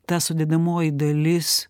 ta sudedamoji dalis